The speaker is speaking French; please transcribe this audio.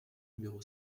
numéro